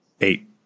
eight